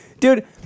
dude